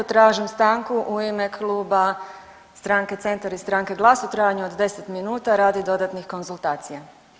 Tražim stanku u ime Kluba stranke Centar i stranke GLAS-a u trajanju od 10 minuta radi dodatnih konzultacija.